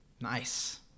Nice